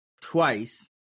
twice